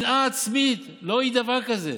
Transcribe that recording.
שנאה עצמית, לא ראיתי דבר כזה.